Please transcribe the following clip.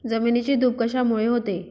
जमिनीची धूप कशामुळे होते?